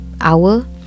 hour